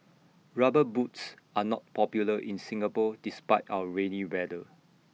rubber boots are not popular in Singapore despite our rainy weather